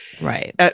right